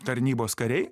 tarnybos kariai